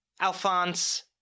Alphonse